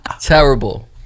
terrible